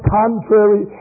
contrary